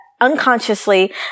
unconsciously